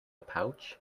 pouch